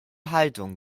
haltung